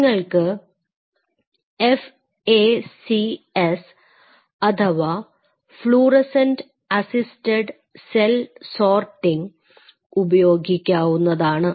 നിങ്ങൾക്ക് FACS അഥവാ fluorescent assisted cell sorting ഉപയോഗിക്കാവുന്നതാണ്